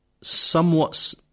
somewhat